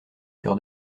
cœur